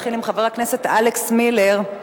נתחיל עם חבר הכנסת אלכס מילר.